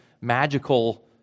magical